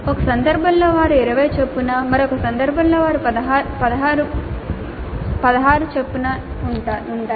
ఒక సందర్భంలో వారు 20 చొప్పున మరొక సందర్భంలో వారు 16 మంది ఉన్నారు